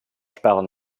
sperren